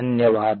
धन्यवाद